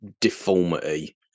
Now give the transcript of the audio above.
deformity